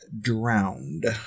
drowned